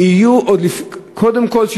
קודם כול,